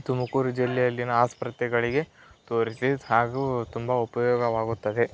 ತುಮಕೂರು ಜಿಲ್ಲೆಯಲ್ಲಿನ ಆಸ್ಪತ್ರೆಗಳಿಗೆ ತೋರಿಸಿ ಹಾಗೂ ತುಂಬ ಉಪಯೋಗವಾಗುತ್ತದೆ